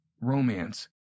romance